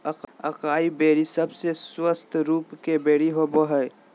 acai berry सबसे स्वस्थ रूप के बेरी होबय हइ